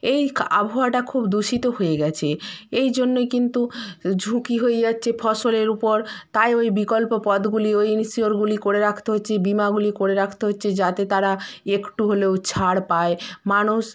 এই আবহাওয়াটা খুব দূষিত হয়ে গেছে এই জন্যই কিন্তু ঝুঁকি হয়ে যাচ্ছে ফসলের উপর তাই ওই বিকল্প পথগুলি ওই ইন্সিওরগুলি করে রাখতে হচ্ছে বিমাগুলি করে রাখতে হচ্ছে যাতে তারা একটু হলেও ছাড় পায় মানুষ